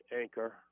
Anchor